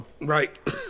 Right